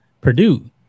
Purdue